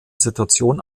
situation